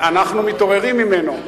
אנחנו מתעוררים ממנו.